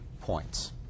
points